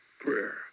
prayer